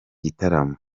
gitaramo